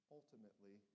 ultimately